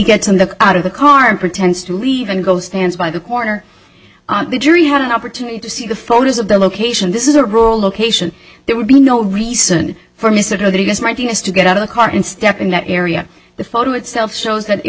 gets in the out of the car and pretends to leave and go stand by the corner the jury had an opportunity to see the photos of the location this is a rural location there would be no reason for mr they're just writing us to get out of the car and step in that area the photo itself shows that it